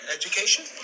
education